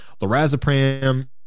lorazepam